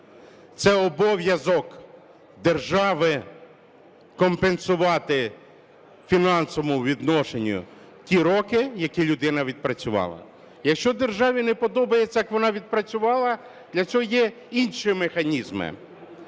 це обов'язок держави компенсувати у фінансовому відношенні ті роки, які людина відпрацювала. Якщо державі не подобається, як вона відпрацювала, для цього є інші механізми.